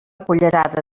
cullerada